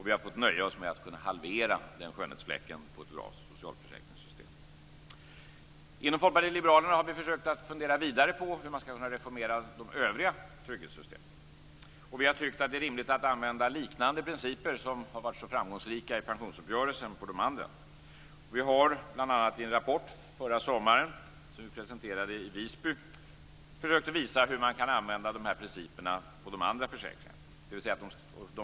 Vi har fått nöja oss med att halvera den skönhetsfläcken i ett bra socialförsäkringssystem. Inom Folkpartiet liberalerna har vi försökt att fundera vidare på hur man skall kunna reformera de övriga trygghetssystemen. Vi tycker att det är rimligt att använda liknande principer som har varit så framgångsrika i pensionsuppgörelsen. Vi presenterade en rapport förra sommaren i Visby för att visa hur man kan tillämpa dessa principer på de andra försäkringarna.